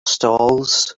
stalls